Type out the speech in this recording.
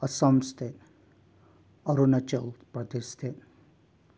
Assam state Arunachal Pradesh state